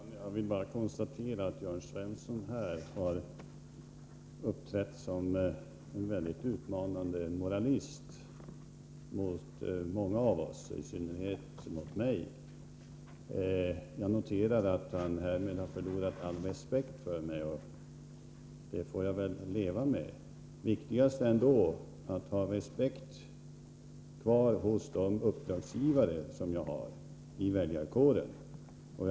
Herr talman! Jag vill bara konstatera att Jörn Svensson här har uppträtt som en mycket utmanande moralist mot många av oss, i synnerhet mot mig. Jag noterar att han nu har förlorat all respekt för mig. Det får jag väl leva med. Viktigast är ändå att mina uppdragsgivare i väljarkåren har kvar sin respekt för mig och mitt politiska arbete.